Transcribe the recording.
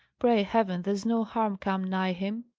pray heaven there's no harm come nigh him!